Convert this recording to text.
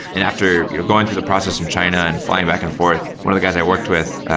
and after you know going through the process in china and flying back and forth, one of the guys i worked with,